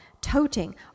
toting